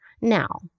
Now